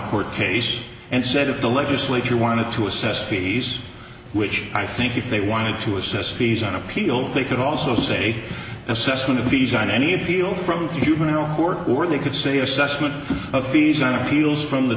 court case and said if the legislature wanted to assess fees which i think if they wanted to assist fees on appeal they could also say assessment of fees on any appeal from you know who are who are they could say assessment of fees on appeals from the